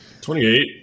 28